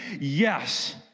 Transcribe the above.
yes